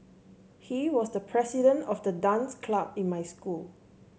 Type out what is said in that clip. he was the president of the dance club in my school